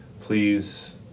please